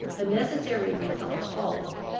the necessary result followed.